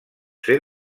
ser